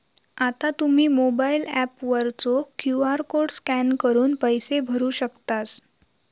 आता तुम्ही mobile app वरचो क्यू.आर कोड स्कॅन करून पैसे भरू शकतास